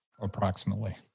approximately